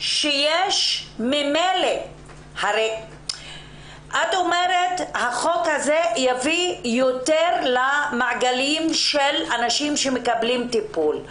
כמו שאת אומרת שהחוק יביא יותר אנשים לקבל טיפול.